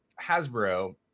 Hasbro